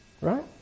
Right